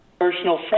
personal